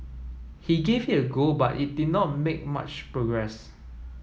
he gave it a go but did not make much progress